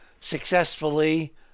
successfully